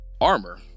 armor